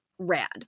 rad